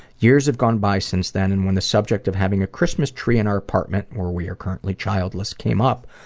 years have gone by since then, and when the subject of having a christmas tree in our apartment where we are currently childless came up,